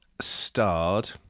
starred